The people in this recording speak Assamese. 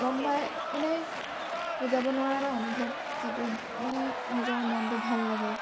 গম পায় মানে বুজাব নোৱাৰা এটা অনুভৱ যিটো মানে নিজৰ মনটো ভাল লাগে